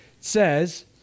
says